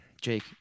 Jake